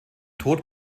tod